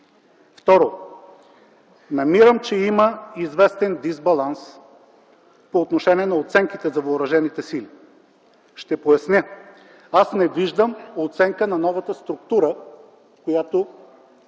Второ, намирам, че има известен дисбаланс по отношение на оценката за въоръжените сили. Ще поясня. Аз не виждам оценка на новата структура, която